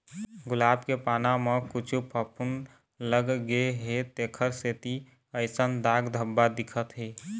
गुलाब के पाना म कुछु फफुंद लग गे हे तेखर सेती अइसन दाग धब्बा दिखत हे